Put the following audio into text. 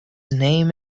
name